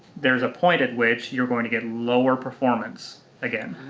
there's a point at which you're going to get lower performance again.